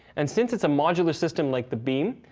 and since it's a modular system like the beam,